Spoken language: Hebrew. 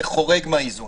זה חורג מהאיזון.